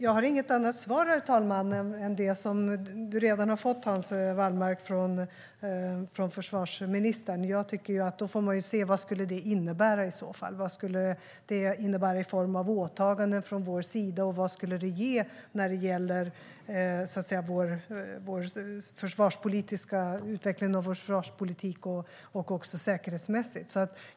Herr talman! Jag har inget annat svar än det som Hans Wallmark redan har fått från försvarsministern. Man får i så fall se vad det skulle innebära. Vad skulle det innebära i form av åtaganden från vår sida? Vad skulle det ge när det gäller vår försvarspolitiska utveckling och säkerhetsmässigt?